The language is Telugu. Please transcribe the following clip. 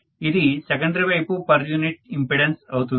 ఇది సెకండరీ వైపు పర్ యూనిట్ ఇంపెడెన్స్ అవుతుంది